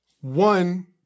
one